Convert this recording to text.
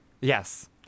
Yes